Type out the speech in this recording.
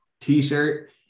t-shirt